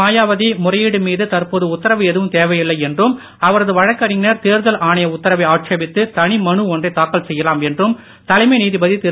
மாயாவதி முறையீடு மீது தற்போது உத்தரவு எதுவும் தேவையில்லை என்றும் அவரது வழக்கறிஞர் தேர்தல் ஆணைய உத்தரவை ஆட்சேபித்து தனி மனு ஒன்றை தாக்கல் செய்யலாம் என்றும் தலைமை நீதிபதி திரு